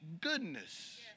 goodness